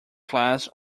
class